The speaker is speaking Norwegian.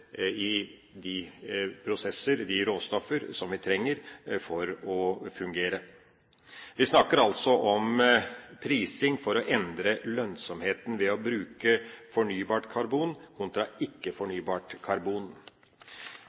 i de prosesser og de råstoffer som vi trenger for å fungere. Vi snakker altså om prising for å endre lønnsomheten ved å bruke fornybart karbon kontra ikke-fornybart karbon. Det ikke-fornybare karbonet er billig karbon,